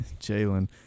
Jalen